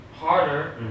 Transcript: harder